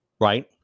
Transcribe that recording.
right